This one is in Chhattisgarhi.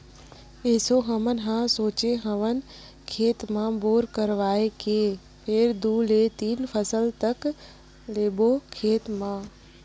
एसो हमन ह सोचे हवन खेत म बोर करवाए के फेर दू ले तीन फसल तक लेबो खेत म